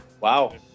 Wow